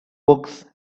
books